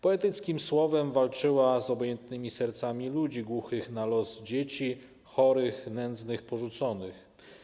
Poetyckim słowem walczyła z obojętnymi sercami ludzi głuchych na los dzieci, chorych, nędznych, porzuconych.